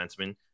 defenseman